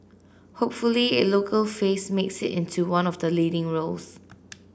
hopefully a local face makes it into one of the leading roles